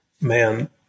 Man